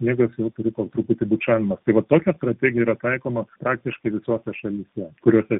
sniegas jau po truputį turi būt šalinamas tai va tokia strategija yra taikoma praktiškai visose šalyse kuriose